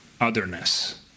otherness